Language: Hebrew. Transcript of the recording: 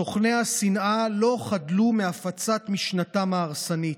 סוכני השנאה לא חדלו מהפצת משנתם ההרסנית,